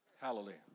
Hallelujah